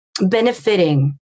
benefiting